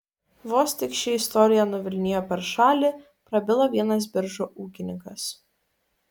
vos tik ši istorija nuvilnijo per šalį prabilo vienas biržų ūkininkas